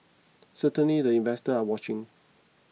certainly the investors are watching